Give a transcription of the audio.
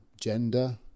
gender